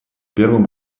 первым